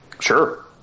Sure